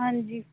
ਹਾਂਜੀ